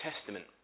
Testament